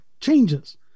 changes